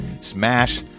smash